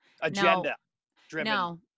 Agenda-driven